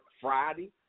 Friday